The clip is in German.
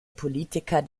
politiker